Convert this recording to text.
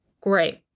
Great